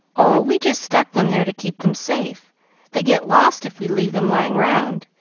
oh, we just stuck them there to keep them safe they get lost if we leave them lying round.